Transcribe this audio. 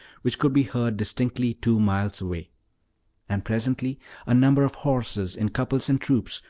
which could be heard distinctly two miles away and presently a number of horses, in couples and troops,